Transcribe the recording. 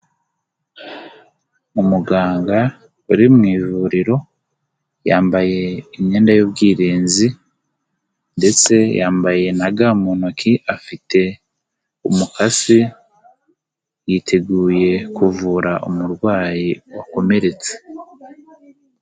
Umuganga uri mu ivuriro, yambaye imyenda y'ubwirinzi ndetse yambaye na ga mu ntoki, afite umukasi, yiteguye kuvura umurwayi, wakomeretse.